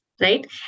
right